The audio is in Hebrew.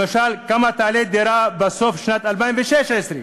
למשל, כמה תעלה דירה בסוף שנת 2016?